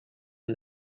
and